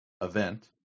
event